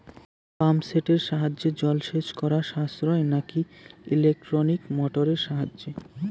Pump সেটের সাহায্যে জলসেচ করা সাশ্রয় নাকি ইলেকট্রনিক মোটরের সাহায্যে?